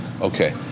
okay